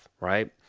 right